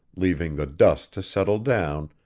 leaving the dust to settle down,